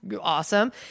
awesome